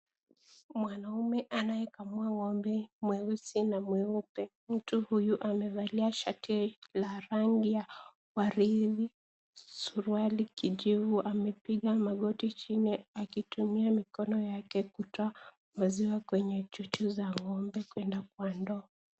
Mwanaume anayekamua ng'ombe mweusi na mweupe mtu huyu amevalia shati la rangi ya waridi suruali kijivu amepiga magoti chini akitumia mikono yake kutoa maziwa akitumia chuchu za ng'ombe kwenda kwa ndoo.